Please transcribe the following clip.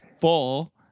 full